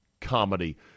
comedy